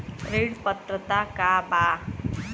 ऋण पात्रता का बा?